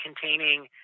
containing